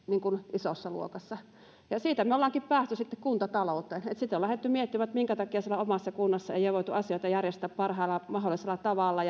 isossa luokassa siitä ollaankin sitten päästy kuntatalouteen ja sitten on lähdetty miettimään minkä takia siellä omassa kunnassa ei ole voitu asioita järjestää parhaalla mahdollisella tavalla